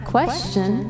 Question